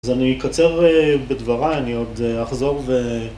אז אני אקצר בדבריי, אני עוד אחזור ו...